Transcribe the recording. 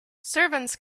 servants